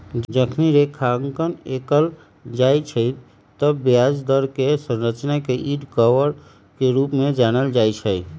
जखनी रेखांकन कएल जाइ छइ तऽ ब्याज दर कें संरचना के यील्ड कर्व के रूप में जानल जाइ छइ